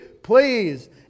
please